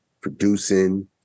producing